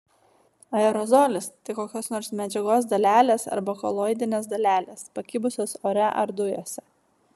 aerozolis tai kokios nors medžiagos dalelės arba koloidinės dalelės pakibusios ore ar dujose